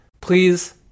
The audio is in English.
please